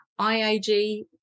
IAG